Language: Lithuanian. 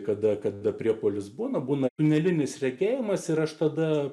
kada kada priepuolis būna būna tunelinis regėjimas ir aš tada